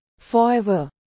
forever